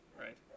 right